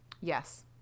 Yes